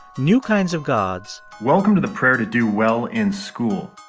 new kinds of gods. welcome to the prayer to do well in school.